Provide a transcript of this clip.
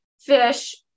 FISH